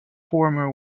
former